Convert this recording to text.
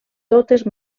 totes